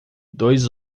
dois